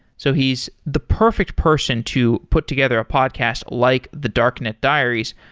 so he's the perfect person to put together a podcast like the darknet diaries,